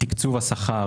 תקצוב השכר